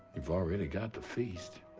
you've already got the feast.